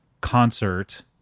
concert